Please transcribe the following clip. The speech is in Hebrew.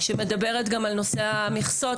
שמדברת גם על נושא המכסות.